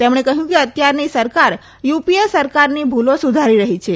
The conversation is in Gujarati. તેમણે કહયું કે અત્યારની સરકાર યુપીએ સરકારની ભુલો સુધારી રહી છે